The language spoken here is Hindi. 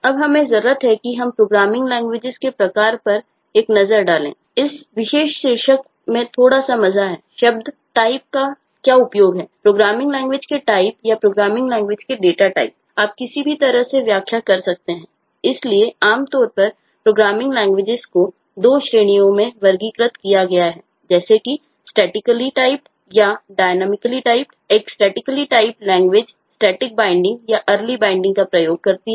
अब हमें जरूरत है कि हम प्रोग्रामिंग लैंग्वेजेस का उपयोग करती है